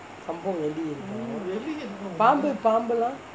kampung வெளியே இருக்கும் பாம்பு பாம்பு லாம்:veliyae irukkum paambu paambu laam